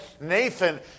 Nathan